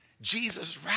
Jesus